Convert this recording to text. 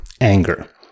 anger